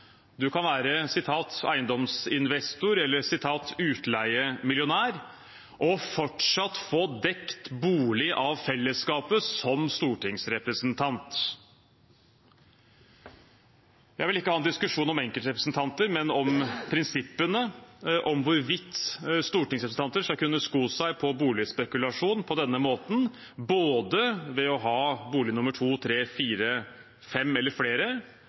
Du kan være «eiendomsinvestor», eller «utleiemillionær», og fortsatt få dekket bolig av fellesskapet som stortingsrepresentant. Jeg vil ikke ha en diskusjon om enkeltrepresentanter, men om prinsippene om hvorvidt stortingsrepresentanter skal kunne sko seg på boligspekulasjon på denne måten både ved å ha bolig nr. to, tre, fire, fem eller flere